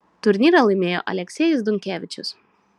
turnyrą laimėjo aleksejus dunkevičius